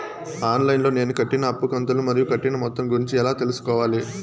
On line లో నేను కట్టిన అప్పు కంతులు మరియు కట్టిన మొత్తం గురించి ఎలా తెలుసుకోవాలి?